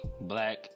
black